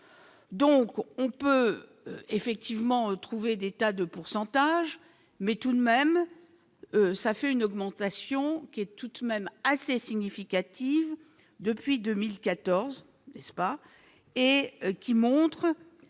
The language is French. donc on peut effectivement trouver des tas de pourcentages mais tout de même, ça fait une augmentation qui est toute même assez significative depuis 2014 est-ce pas et qui montre